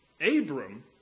Abram